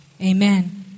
amen